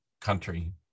country